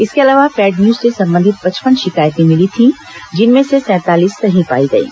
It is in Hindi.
इसके अलावा पेड न्यूज से संबंधित पचपन शिकायतें मिली थीं जिनमें से सैंतालीस सही पाई गईं